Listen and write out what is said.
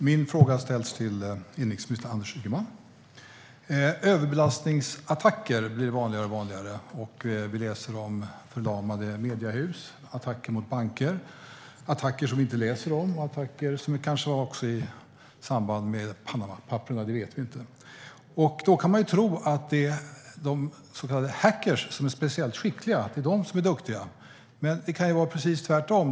Herr talman! Min fråga ställer jag till inrikesminister Anders Ygeman. Överbelastningsattacker blir allt vanligare. Vi läser om förlamade mediehus och attacker mot banker. Det finns attacker som vi inte läser om och kanske också attacker i samband med Panamapapperen. Det vet vi inte. Man kan då tro att det är de så kallade hackarna som är speciellt skickliga och att det är de som är duktiga. Men det kan vara precis tvärtom.